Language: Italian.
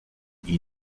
anche